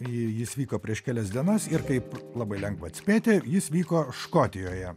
jis vyko prieš kelias dienas ir kaip labai lengva atspėti jis vyko škotijoje